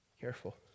Careful